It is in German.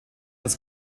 das